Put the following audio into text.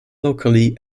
locally